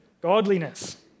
godliness